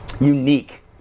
unique